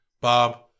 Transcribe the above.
Bob